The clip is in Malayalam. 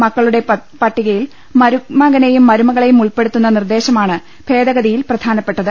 മക്കളുടെ പട്ടികയിൽ മരുമ കനെയും മരുമകളെയും ഉൾപ്പെടുത്തുന്ന നിർദ്ദേശമാണ് ഭേദഗതിയിൽ പ്രധാനപ്പെട്ടത്